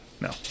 no